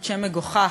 שם מגוחך,